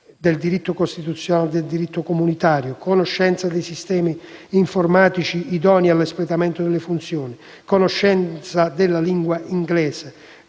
del diritto costituzionale e del diritto comunitario»; «conoscenza dei sistemi informatici idonei all'espletamento delle funzioni»; «conoscenza della lingua inglese».